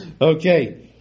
Okay